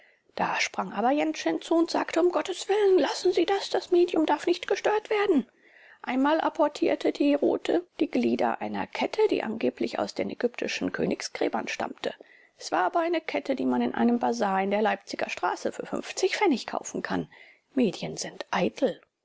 da sprang aber jentsch hinzu und sagte um gottes willen lassen sie das das medium darf nicht gestört werden einmal apportierte die rothe die glieder einer kette die angeblich aus den ägyptischen königsgräbern stammte es war aber eine kette die man in einem basar in der leipziger straße für pfennig kaufen kann medien sind eitel